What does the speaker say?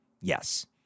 yes